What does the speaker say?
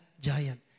giant